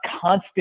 constant